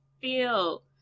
feel